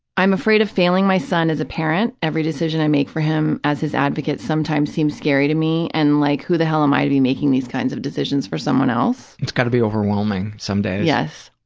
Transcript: i'm afraid of failing my son as a parent. every decision i make for him as his advocate sometimes seems scary to me, and like, who the hell am i to be making these kinds of decisions for someone else? it's got to be overwhelming some days. yes.